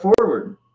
forward